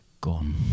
gone